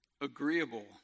agreeable